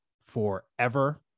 forever